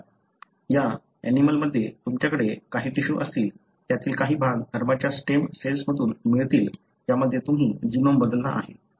या ऍनिमलंमध्ये तुमच्याकडे काही टिश्यू असतील त्यातील काही भाग गर्भाच्या स्टेम सेल्समधून मिळतील ज्यामध्ये तुम्ही जीनोम बदलला आहे